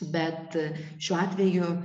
bet šiuo atveju